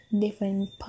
different